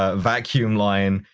ah vacuum line,